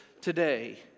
today